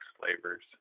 flavors